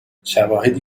شواهدی